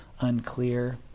unclear